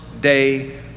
day